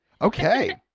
Okay